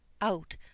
out